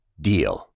DEAL